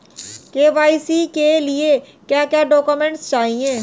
KYC के लिए क्या क्या डॉक्यूमेंट चाहिए?